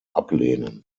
ablehnen